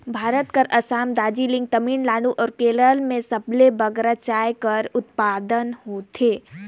भारत कर असम, दार्जिलिंग, तमिलनाडु अउ केरल में सबले बगरा चाय कर उत्पादन होथे